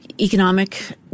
economic